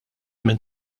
minn